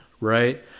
right